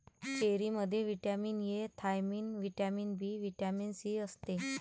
चेरीमध्ये vitamin A, thiamine, vitamin B, vitamin C असते